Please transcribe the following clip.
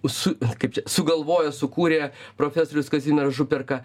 su kaip čia sugalvojo sukūrė profesorius kazimieras župerka